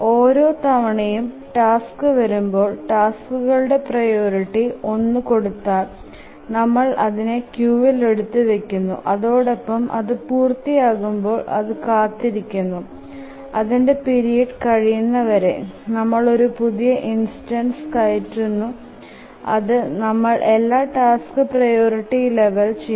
ഓരോ തവണയും ടാസ്ക് വരുമ്പോൾ ടാസ്കുകൾക്കു പ്രിയോറിറ്റി ഒന്നു കൊടുത്താൽ നമ്മൾ അതിനെ ക്യൂവിൽ എടുത്ത് വെക്കുന്നു അതിനൊപ്പം അതു പൂർത്തിയാകുമ്പോൾ അതു കാത്ത് ഇരിക്കുന്നു അതിന്ടെ പീരീഡ് കഴയുന്നവരെ നമ്മൾ ഒരു പുതിയ ഇൻസ്റ്റൻസ് കയറ്റുന്നു അതു നമ്മൾ എല്ലാ ടാസ്ക് പ്രിയോറിറ്റി ലെവൽ ചെയുന്നു